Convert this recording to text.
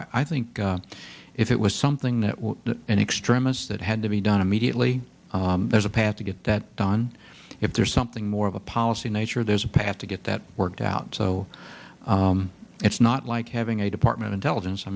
so i think if it was something that was in extremis that had to be done immediately there's a path to get that done if there's something more of a policy nature there's a path to get that worked out so it's not like having a department intelligence i